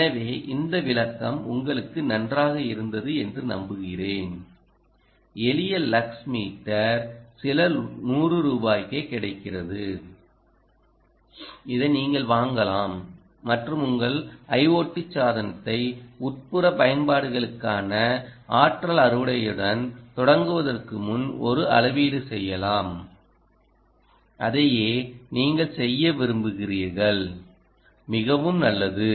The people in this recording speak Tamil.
எனவே இந்த விளக்கம் உங்களுக்கு நன்றாக இருந்தது என்று நம்புகிறேன் எளிய லக்ஸ் மீட்டர் சில நூறு ரூபாய்க்கே கிடைக்கிறது இதை நீங்கள் வாங்கலாம் மற்றும் உங்கள் IoT சாதனத்தை உட்புற பயன்பாடுகளுக்கான ஆற்றல் அறுவடையுடன் தொடங்குவதற்கு முன் ஒரு அளவீடு செய்யலாம் அதையே நீங்கள் செய்ய விரும்புகிறீர்கள் மிகவும் நல்லது